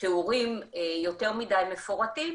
לתיאורים יותר מדי מפורטים,